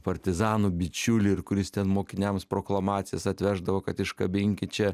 partizanų bičiulį ir kuris ten mokiniams proklamacijas atveždavo kad iškabinkit čia